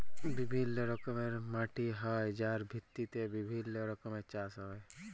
বিভিল্য রকমের মাটি হ্যয় যার ভিত্তিতে বিভিল্য রকমের চাস হ্য়য়